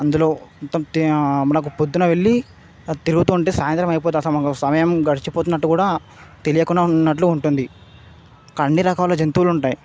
అందులో మొత్తం మనకు పొద్దున వెళ్ళి తిరుగుతూ ఉంటే సాయంత్రమయిపోద్ధి అసలు మనకు సమయం గడిచిపోతునట్టు కూడా తెలియకుండా ఉన్నట్లు ఉంటుంది అన్ని రకాల జంతువులుంటాయి